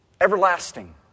Everlasting